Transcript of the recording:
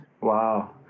Wow